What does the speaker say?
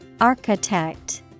Architect